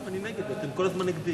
ההצעה להעביר את הנושא